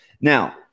Now